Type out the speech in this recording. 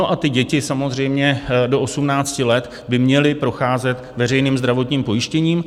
Ty děti samozřejmě do 18 let by měly procházet veřejných zdravotním pojištěním.